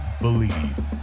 Believe